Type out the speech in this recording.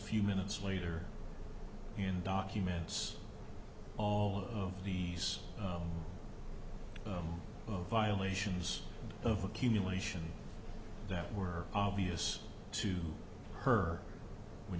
few minutes later and documents all of these violations of accumulation that were obvious to her when